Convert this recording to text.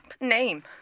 name